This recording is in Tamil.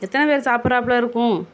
எத்தனை பேரு சாப்புடுறாப்புல இருக்கும்